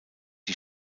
die